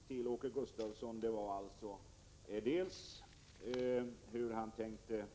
Herr talman! Jag ställde två frågor till Åke Gustavsson. Den ena gällde hur han tänkte